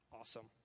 Awesome